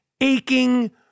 aching